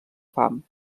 fam